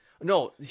no